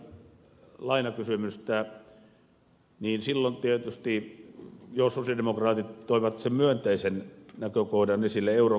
kun käsiteltiin kreikan lainakysymystä niin jo silloin tietysti sosialidemokraatit toivat sen myönteisen näkökohdan esille euron käyttöönotosta